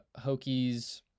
Hokies